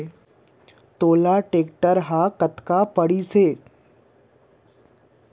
तोला टेक्टर ह कतका म पड़िस?